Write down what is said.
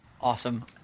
Awesome